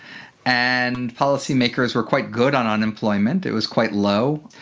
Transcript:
and policymakers were quite good on unemployment it was quite low